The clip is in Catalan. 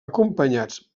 acompanyats